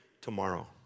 tomorrow